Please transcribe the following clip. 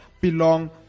belong